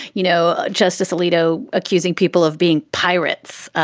you know, justice alito accusing people of being pirates,